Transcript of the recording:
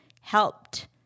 helped